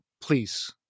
please